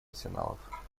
арсеналов